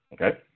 okay